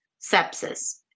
sepsis